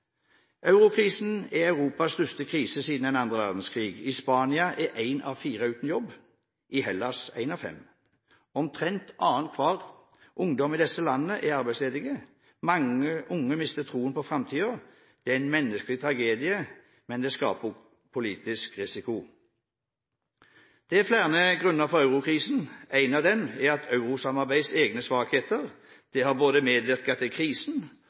Eurokrisen er Europas største krise siden annen verdenskrig. I Spania er én av fire uten jobb, i Hellas én av fem. Omtrent annenhver ungdom i disse landene er arbeidsledig. Mange unge mister troen på framtiden. Det er en menneskelig tragedie, men det skaper også politisk risiko. Det er flere grunner til eurokrisen. En av dem er eurosamarbeidets egne svakheter. Det har både medvirket til krisen